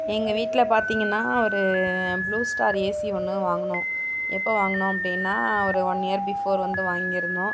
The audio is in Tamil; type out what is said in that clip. எங்கள் வீட்டில பார்த்திங்கன்னா ஒரு ப்ளூ ஸ்டார் ஏசி ஒன்று வாங்கினோம் எப்போ வாங்கினோம் அப்படின்னா ஒரு ஒன் இயர் பிஃபோர் வந்து வாங்கியிருந்தோம்